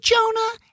Jonah